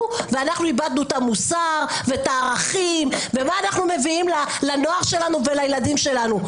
ואנחנו איבדנו את המוסר ואת הערכים ומה אנחנו מביאים לנוער ולילדים שלנו?